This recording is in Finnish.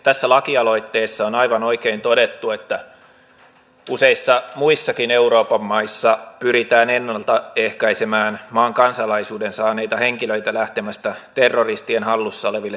tässä lakialoitteessa on aivan oikein todettu että useissa muissakin euroopan maissa pyritään ennalta ehkäisemään maan kansalaisuuden saaneita henkilöitä lähtemästä terroristien hallussa oleville taistelualueille